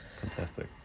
Fantastic